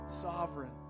sovereign